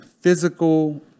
physical